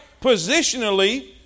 Positionally